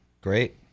great